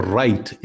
right